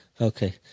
Okay